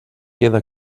queda